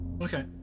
okay